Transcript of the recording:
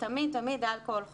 ותמיד תמיד אלכוהול חופשי,